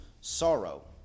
sorrow